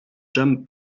dżem